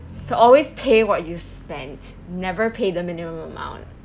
so always pay what you spent never pay the minimum amount